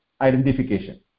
identification